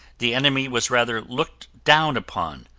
the enemy was rather looked down upon,